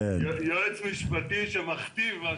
יועץ משפטי שמכתיב.